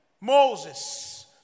Moses